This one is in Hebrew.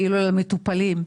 למטופלים,